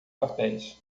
papéis